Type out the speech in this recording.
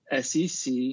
SEC